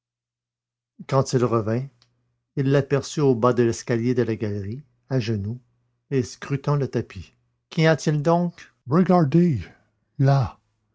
quand il revint il l'aperçut au bas de l'escalier de la galerie à genoux et scrutant le tapis qu'y a-t-il donc regardez là